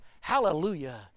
Hallelujah